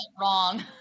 wrong